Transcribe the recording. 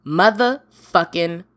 motherfucking